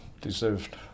deserved